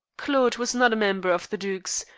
claude was not a member of the duke's,